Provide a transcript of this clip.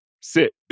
Sit